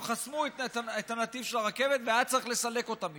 הם חסמו את הנתיב הרכבת והיה צריך לסלק אותם משם.